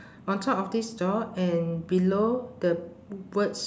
on top of this door and below the words